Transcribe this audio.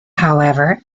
however